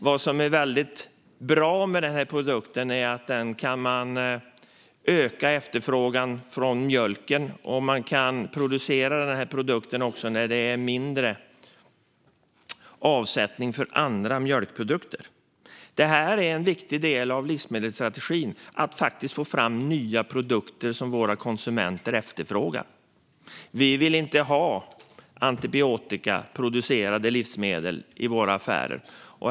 Vad som är väldigt bra med den här produkten är att man kan öka efterfrågan på mjölk och producera produkten också när det är mindre avsättning för andra mjölkprodukter. Det här är en viktig del av livsmedelsstrategin: att få fram nya produkter som våra konsumenter efterfrågar. Vi vill inte ha antibiotikaproducerade livsmedel i våra affärer.